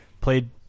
played